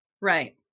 Right